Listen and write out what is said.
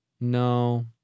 No